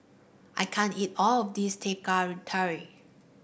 I can't eat all of this Teh Tarik